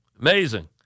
amazing